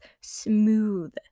smooth